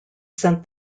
sent